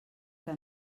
que